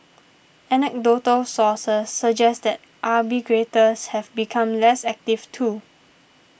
anecdotal sources suggest that arbitrageurs have become less active too